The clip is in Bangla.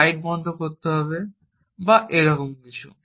লাইট বন্ধ করতে হবে বা এরকম কিছু